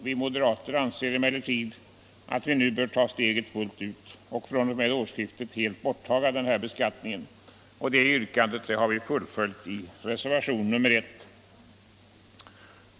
Vi moderater anser emellertid att vi nu bör ta steget fullt ut och fr.o.m. årsskiftet helt ta bort denna beskattning. Det yrkandet har vi fullföljt i reservationen 1.